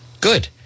Good